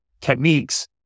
techniques